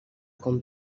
com